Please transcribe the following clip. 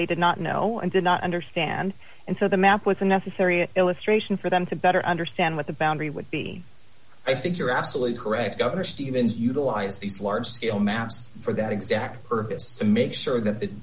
they did not know and did not understand and so the map with the necessary illustration for them to better understand what the boundary would be i figure absolutely correct governor stevens utilize these large scale maps for that exact purpose to make sure that the